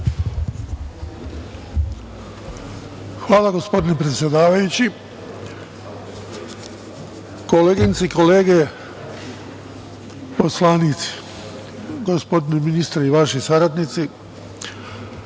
Hvala, gospodine predsedavajući. Koleginice i kolege poslanici, gospodine ministre i vaši saradnici,